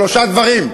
שלושה דברים: